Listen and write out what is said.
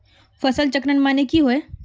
फसल चक्रण माने की होय?